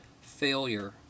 failure